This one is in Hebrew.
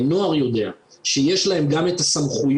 שהנוער יודע שיש להם גם את הסמכויות